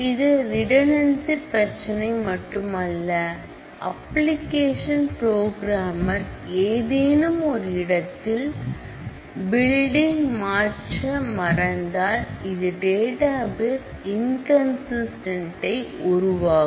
இது ரிடெனன்ஸி பிரச்சனை மட்டுமல்ல அப்பலிகேசன் புரோகிராமர் ஏதேனும் ஒரு இடத்தில் பில்டிங் மாற்ற மறந்தால் இது டேட்டாபேஸ் இன்கன்சிஸ்டன்ட் உருவாக்கும்